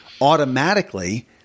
automatically